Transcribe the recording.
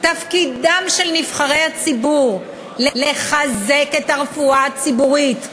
תפקידם של נבחרי הציבור, לחזק את הרפואה הציבורית,